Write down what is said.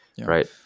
right